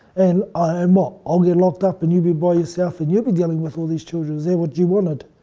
and, oh, and what? i'll get locked up and you'll be by yourself and you'll be dealing with all these children is that what you wanted?